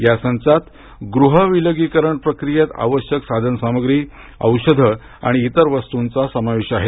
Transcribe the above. या संचात गृहविलगीकरण प्रक्रियेत आवश्यक साधन सामग्री औषध आणि इतर वस्तूंचा समावेश आहे